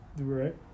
Right